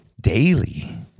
daily